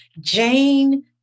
Jane